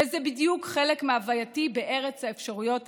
וזה בדיוק חלק מהווייתי בארץ האפשרויות הבלתי-מוגבלות.